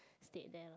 stayed there loh